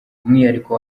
umwihariko